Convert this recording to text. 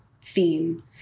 theme